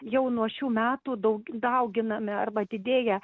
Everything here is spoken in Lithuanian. jau nuo šių metų daug dauginame arba didėja